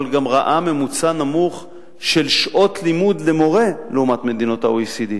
אבל גם ראה ממוצע נמוך של שעות לימוד למורה לעומת מדינות ה-OECD.